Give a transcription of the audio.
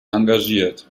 engagiert